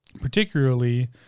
particularly